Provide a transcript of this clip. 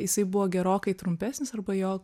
jisai buvo gerokai trumpesnis arba jo